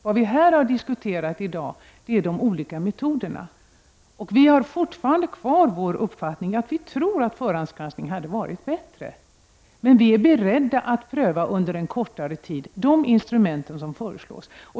Vad som diskuteras i dag är de olika metoderna, och vi har fortfarande kvar vår uppfattning att vi tror att förhandsgranskning hade varit bättre, men vi är beredda att pröva under en kortare tid de instrument som föreslås.